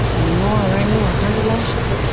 any more will earn you a hundred lashes.